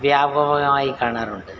വ്യാപകമായി കാണാറുണ്ട്